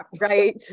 right